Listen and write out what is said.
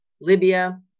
Libya